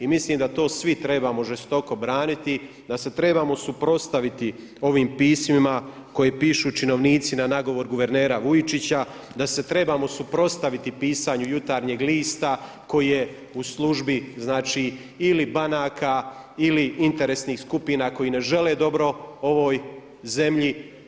I mislim da to svi trebamo žestoko braniti, da se trebamo suprotstaviti ovim pismima koje pišu činovnici na nagovor guvernera Vujčića, da se trebamo suprotstaviti pisanju Jutarnjeg lista koji je u službi znači ili banka ili interesnih skupina koji ne žele dobro ovoj zemlji.